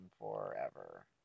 forever